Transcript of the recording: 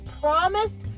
promised